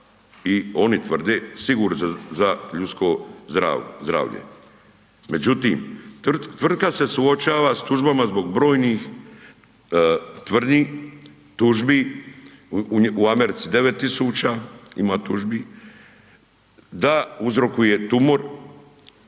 i oni tvrde, sigurni za ljudsko zdravlje. Međutim, tvrtka se suočava s tužbama zbog brojnih tvrdnji tužbi u Americi 9000 ima tužbi da uzrokuje tumor,